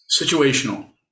Situational